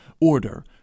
Order